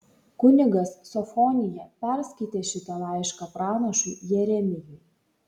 kunigas sofonija perskaitė šitą laišką pranašui jeremijui